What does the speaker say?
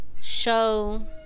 show